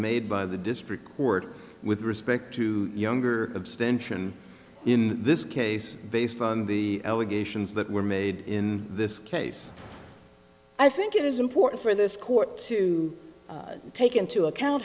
made by the district court with respect to younger abstention in this case based on the allegations that were made in this case i think it is important for this court to take into account